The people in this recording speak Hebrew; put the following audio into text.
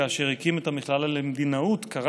כאשר הקים את המכללה למדינאות הוא קרא